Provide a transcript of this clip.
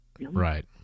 Right